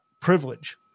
privilege